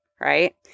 right